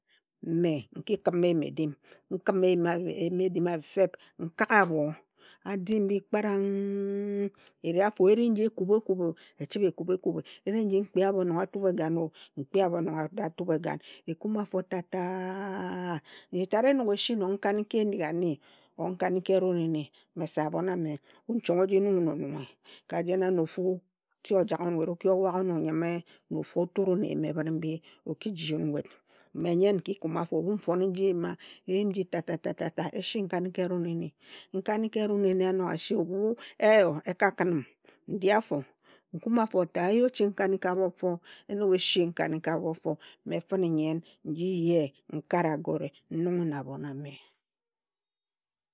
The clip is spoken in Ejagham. Mme, nki khim eyim edim, nkhim eyim edim ambi feeb, nkak abho adi kparang, eri afo, eri nji ekubha ekubhe o, echibhe ekubha ekubhe, eri nji nkpia abho nong a tubha e gan o, nkpi abho nong a tubha egan. Ekume a fo ta ta a. Nji tat enog esi nong nkanika enigani or nkanika eroneni, me se abhon a me, wun chong oji nunghe wun onunghe ka jen a na ofu tig ojak wun nwet, oki o waghe wun onyime na ofu o tur-un eyim ebhine mbi o ki jiun nwet. Me nki kume afo, ebhu nfon nji nyima, nyim nji ta ta ta ta esi nkanika eroneni. Nkanika eroneni a nog a shi ebhu eyo eka khin n ndi afo, nkune a fo ta eyi oching nkanika bofo. Enog eshi nkanika bofo me fine nnyen nji ye, nkare agore, n nunghe na abhon ame.